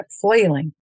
Flailing